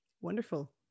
Wonderful